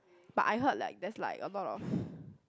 but I heard like there's like a lot of